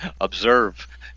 observe